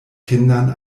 kindern